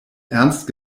ernst